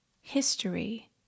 History